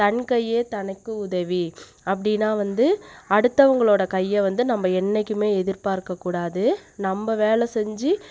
தன் கையே தனக்கு உதவி அப்படின்னா வந்து அடுத்தவங்களோடய கையை வந்து நம்ம என்றைக்குமே எதிர்பார்க்கக் கூடாது நம்ம வேலை செஞ்சு